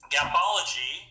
Gapology